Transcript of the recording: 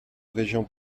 région